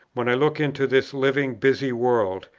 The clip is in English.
when i look into this living busy world,